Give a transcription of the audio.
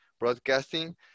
broadcasting